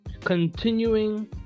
Continuing